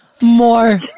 More